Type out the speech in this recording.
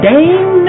Dame